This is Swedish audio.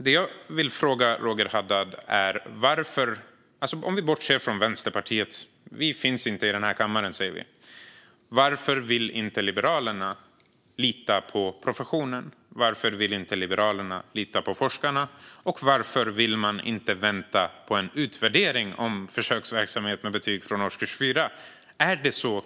Det jag vill fråga Roger Haddad är: Om vi bortser från Vänsterpartiet - vi finns inte i den här kammaren, säger vi - varför vill Liberalerna inte lita på professionen? Varför vill Liberalerna inte lita på forskarna? Varför vill man inte vänta på en utvärdering av försöksverksamheten med betyg från årskurs 4?